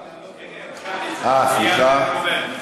סליחה.